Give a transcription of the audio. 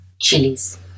chilies